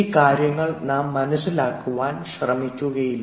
ഈ കാര്യങ്ങൾ നാം മനസ്സിലാക്കുവാൻ ശ്രമിക്കാറില്ല